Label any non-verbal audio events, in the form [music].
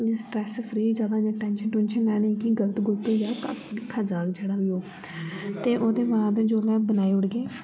stress free जगह इ'यां tension टूंशन लैने कि गलत गुलत होई जा [unintelligible] दिक्खेआ जाह्ग जेह्ड़ा बी होग ते ओह्दै बाद जेल्लै बनाई ओड़गे